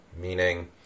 meaning